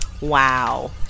Wow